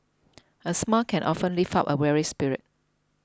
a smile can often lift up a weary spirit